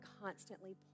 constantly